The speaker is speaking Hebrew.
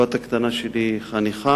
הבת הקטנה שלי חניכה,